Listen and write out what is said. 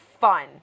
fun